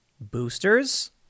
Boosters